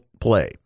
play